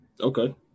Okay